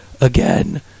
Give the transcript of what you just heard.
again